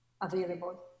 available